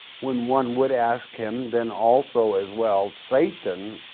when one would ask him then also as well, satan